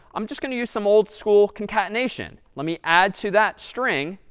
i'm just going to use some old-school concatenation. let me add to that string,